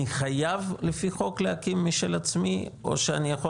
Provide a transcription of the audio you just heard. אני חייב לפי חוק להקים משל עצמי או שאני יכול